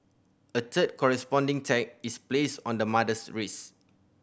a third corresponding tag is placed on the mother's wrist